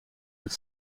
het